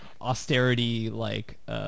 austerity-like